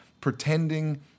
pretending